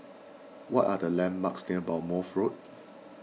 what are the landmarks near Bournemouth Road